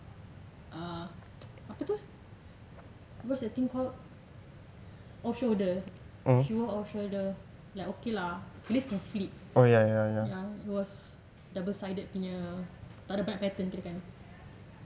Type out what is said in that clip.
ugh apa tu what's the thing called off shoulder she wore off shoulder like okay lah at least can flip ya it was double sided punya tak ada banyak pattern